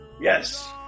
Yes